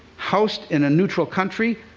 housed in a neutral country,